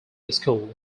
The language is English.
school